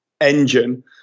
engine